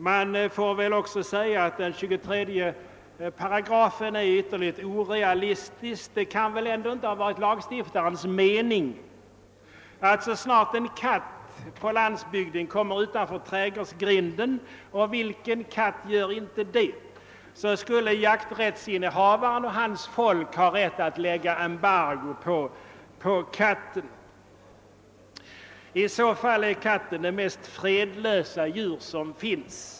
Man får väl också säga att 23 § är ytterligt orealistisk. Det kan väl inte ha varit lagstiftarens mening att så snart en katt kommer utanför trädgårdsgrinden — och vilken katt gör inte det — tillåta jakträttsinnehavaren och hans folk att lägga embargo på katten. I så fall är katten det mest fredlösa djur som finns.